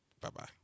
bye-bye